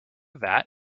vat